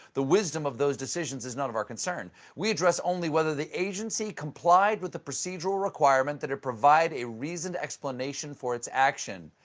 the wisdom' of those decisions is none of our concern we address only whether the agency agency complied with the procedural requirement that it provide a reasoned explanation for its action.